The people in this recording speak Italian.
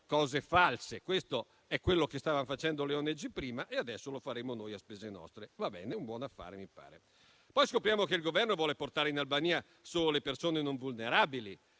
cose false. Questo è quello che stavano facendo le ONG prima e adesso lo faremo noi, a spese nostre. Va bene, mi pare un buon affare. Poi scopriamo che il Governo vuole portare in Albania solo le persone non vulnerabili